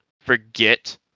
forget